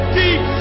deep